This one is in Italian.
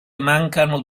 mancano